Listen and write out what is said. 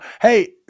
hey